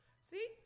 See